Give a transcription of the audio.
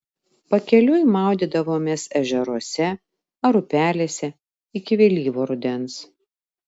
pakeliui maudydavomės ežeruose ar upelėse iki vėlyvo rudens